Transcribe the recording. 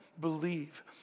believe